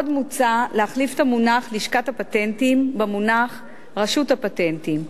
עוד מוצע להחליף את המונח "לשכת הפטנטים" במונח "רשות הפטנטים",